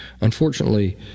Unfortunately